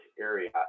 area